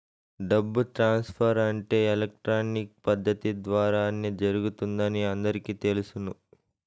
డబ్బు ట్రాన్స్ఫర్ అంటే ఎలక్ట్రానిక్ పద్దతి ద్వారానే జరుగుతుందని అందరికీ తెలుసును